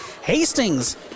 Hastings